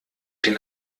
den